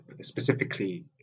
specifically